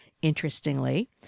Interestingly